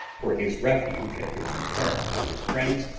for his refuge at his return to his friends,